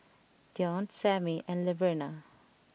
Deon Samie and Laverna